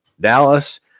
dallas